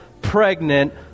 pregnant